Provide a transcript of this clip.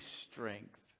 strength